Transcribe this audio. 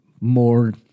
more